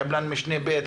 לקבלן משנה ב',